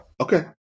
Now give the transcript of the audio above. Okay